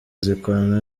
zikorana